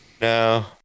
no